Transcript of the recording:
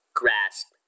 grasp